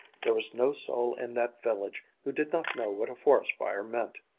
there was no soul in that village who did not know what a forest-fire meant.